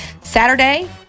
Saturday